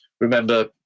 remember